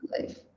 life